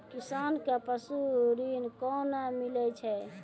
किसान कऽ पसु ऋण कोना मिलै छै?